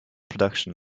production